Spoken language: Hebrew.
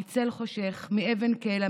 מצל חשך / מאבן קלע,